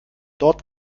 dort